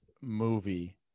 movie